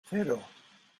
cero